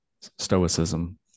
Stoicism